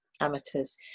amateurs